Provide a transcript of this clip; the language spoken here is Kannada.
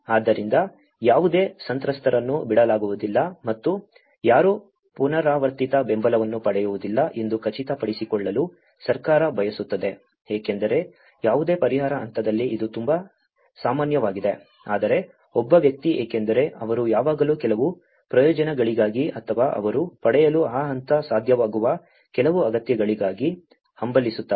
ಆದ್ದರಿಂದ ಯಾವುದೇ ಸಂತ್ರಸ್ತರನ್ನು ಬಿಡಲಾಗುವುದಿಲ್ಲ ಮತ್ತು ಯಾರೂ ಪುನರಾವರ್ತಿತ ಬೆಂಬಲವನ್ನು ಪಡೆಯುವುದಿಲ್ಲ ಎಂದು ಖಚಿತಪಡಿಸಿಕೊಳ್ಳಲು ಸರ್ಕಾರ ಬಯಸುತ್ತದೆ ಏಕೆಂದರೆ ಯಾವುದೇ ಪರಿಹಾರ ಹಂತದಲ್ಲಿ ಇದು ತುಂಬಾ ಸಾಮಾನ್ಯವಾಗಿದೆ ಆದರೆ ಒಬ್ಬ ವ್ಯಕ್ತಿ ಏಕೆಂದರೆ ಅವರು ಯಾವಾಗಲೂ ಕೆಲವು ಪ್ರಯೋಜನಗಳಿಗಾಗಿ ಅಥವಾ ಅವರು ಪಡೆಯಲು ಆ ಹಂತ ಸಾಧ್ಯವಾಗುವ ಕೆಲವು ಅಗತ್ಯಗಳಿಗಾಗಿ ಹಂಬಲಿಸುತ್ತಾರೆ